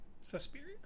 Suspiria